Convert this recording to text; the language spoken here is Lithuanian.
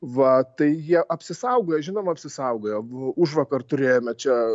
va tai jie apsisaugojo žinoma apsisaugojo užvakar turėjome čia